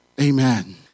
Amen